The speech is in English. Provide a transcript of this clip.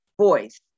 Voice